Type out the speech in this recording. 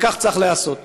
וכך צריך להיעשות.